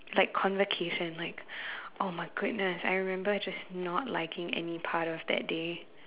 like convocation like oh my goodness I remember just not liking any part of that day